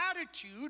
attitude